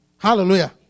Hallelujah